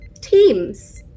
teams